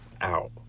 out